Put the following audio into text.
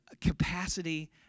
capacity